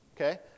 Okay